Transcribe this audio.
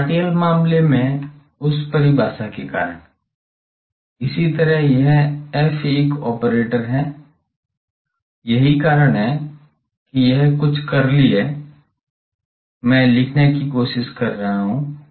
spatial मामले में उस परिभाषा के कारण इसी तरह यह F एक ऑपरेटर है यही कारण है कि यह कुछ कर्ली है मैं लिखने की कोशिश कर रहा हूं